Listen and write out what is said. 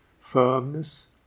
Firmness